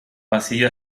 pasillo